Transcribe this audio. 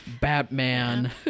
Batman